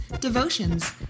devotions